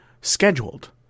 scheduled